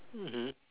mmhmm